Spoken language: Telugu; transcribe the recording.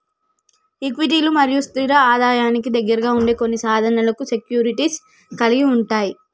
ఈక్విటీలు మరియు స్థిర ఆదాయానికి దగ్గరగా ఉండే కొన్ని సాధనాలను సెక్యూరిటీస్ కలిగి ఉంటయ్